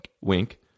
Wink